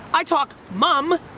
i talk mum,